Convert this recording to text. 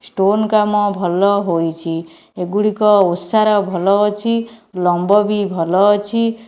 stone କାମ ଭଲ ହୋଇଛି ଏଗୁଡ଼ିକ ଓସାର ଭଲ ଅଛି ଲମ୍ବ ବି ଭଲ ଅଛି